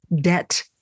debt